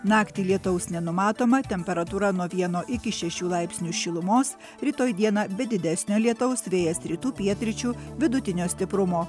naktį lietaus nenumatoma temperatūra nuo vieno iki šešių laipsnių šilumos rytoj dieną be didesnio lietaus vėjas rytų pietryčių vidutinio stiprumo